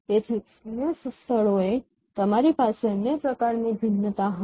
તેથી અન્ય સ્થળોએ તમારી પાસે અન્ય પ્રકારની ભિન્નતા હશે